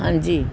ਹਾਂਜੀ